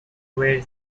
where